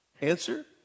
Answer